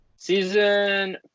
Season